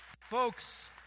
Folks